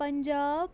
Punjab